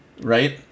right